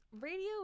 radio